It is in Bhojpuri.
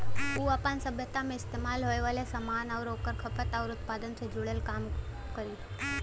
उ आपन सभ्यता मे इस्तेमाल होये वाले सामान आउर ओकर खपत आउर उत्पादन से जुड़ल काम करी